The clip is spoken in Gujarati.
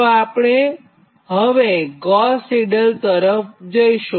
તો આપણે હવે ગોસ સિડલ રીત તરફ જઇશું